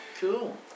Cool